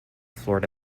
florida